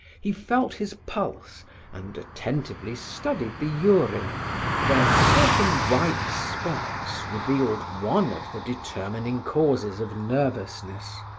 he felt his pulse and attentively studied the urine where certain white spots revealed one of the determining causes of nervousness.